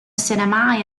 sinemâu